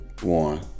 one